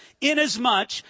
inasmuch